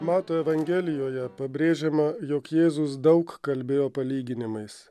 mato evangelijoje pabrėžiama jog jėzus daug kalbėjo palyginimais